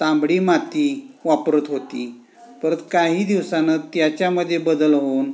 तांबडी माती वापरत होती परत काही दिवसांनी त्याच्यामध्ये बदल होऊन